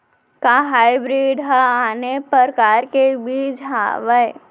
का हाइब्रिड हा आने परकार के बीज आवय?